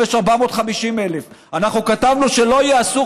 היום יש 450,000. אנחנו כתבנו שלא ייעשו